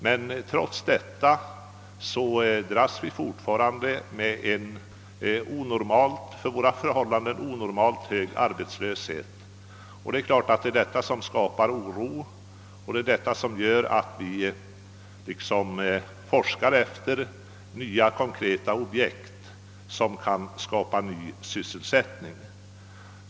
Men trots detta dras vi fortfarande med en för våra förhållanden onormalt hög arbetslöshet, vilket förorsakar oro och gör att vi forskar efter nya konkreta objekt som kan skapa ny sysselsättning.